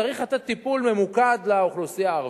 צריך לתת טיפול ממוקד לאוכלוסייה הערבית.